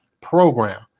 Program